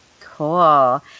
Cool